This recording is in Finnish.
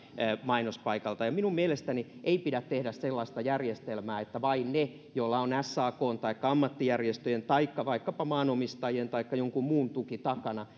mainospaikalta minun mielestäni ei pidä tehdä sellaista järjestelmää että vain ne joilla on sakn taikka ammattijärjestöjen taikka vaikkapa maanomistajien taikka jonkun muun tuki takana